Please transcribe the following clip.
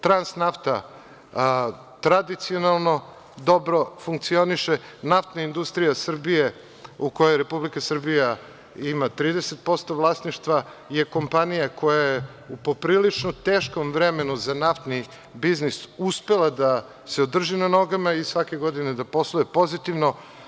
Transnafta tradicionalno dobro funkcioniše, NIS u kojoj Republika Srbija ima 30% vlasništva je kompanija koja je u poprilično teškom periodu za naftni biznis, uspela da se održi na nogama i svake godine da posluje pozitivno.